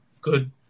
good